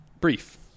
brief